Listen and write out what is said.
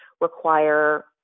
require